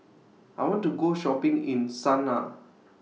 I want to Go Shopping in Sanaa